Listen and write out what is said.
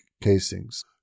casings